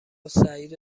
سعید